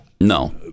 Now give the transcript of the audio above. No